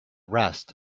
rest